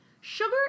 Sugar